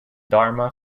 dharma